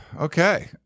Okay